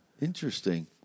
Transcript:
Interesting